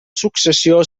successió